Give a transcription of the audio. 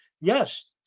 yes